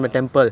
hor